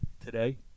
today